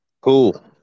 Cool